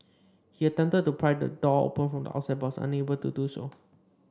he attempted to pry the door open from the outside but was unable to do so